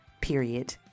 period